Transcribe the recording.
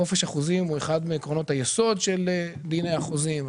חופש החוזים הוא אחד מעקרונות היסוד של דיני החוזים.